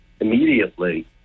immediately